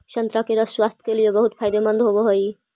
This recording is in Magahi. संतरा के रस स्वास्थ्य के लिए बहुत फायदेमंद होवऽ हइ